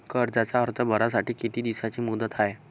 कर्जाचा अर्ज भरासाठी किती दिसाची मुदत हाय?